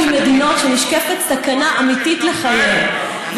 ממדינות שנשקפת בהן סכנה אמיתית לחייהם.